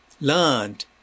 learned